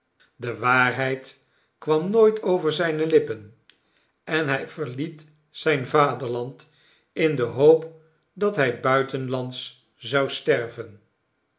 de waarheid kwam nooit over zijne lippen en hij verliet zijn vaderland in de hoop dat hij buitenslands zou sterven